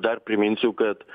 dar priminsiu kad